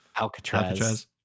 Alcatraz